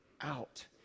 out